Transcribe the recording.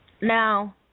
Now